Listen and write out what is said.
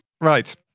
Right